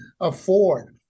afford